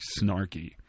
snarky